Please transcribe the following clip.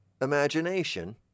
imagination